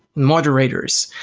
moderators.